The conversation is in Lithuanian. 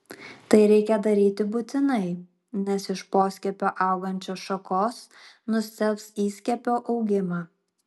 tai reikia daryti būtinai nes iš poskiepio augančios šakos nustelbs įskiepio augimą